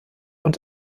und